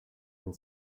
and